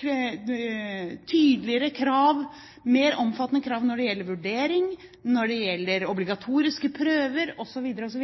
tydeligere krav, mer omfattende krav, når det gjelder vurdering, når det gjelder obligatoriske prøver, osv., osv.